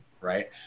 right